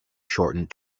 shortened